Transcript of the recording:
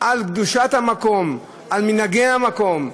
על קדושת המקום, על מנהגי המקום.